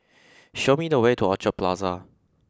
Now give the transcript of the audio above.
show me the way to Orchard Plaza